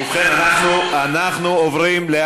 לא, ממשלה, אנחנו עוברים להצבעה.